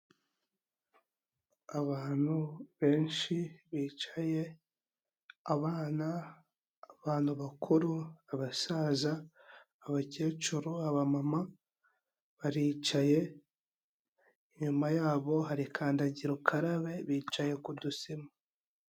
Abantu benshi bicaye, abana abantu bakuru abasaza, abakecuru abamama baricaye, inyuma yabo hari kandagira ukarabe, bicaye ku dusima.